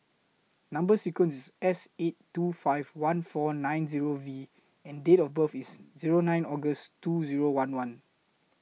Number sequence IS S eight two five one four nine Zero V and Date of birth IS Zero nine August two Zero one one